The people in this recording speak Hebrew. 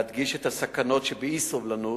להדגיש את הסכנות שבאי-סובלנות,